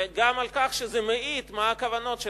וגם על כך שזה מעיד מה הכוונות של